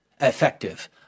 effective